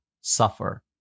suffer